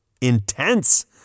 intense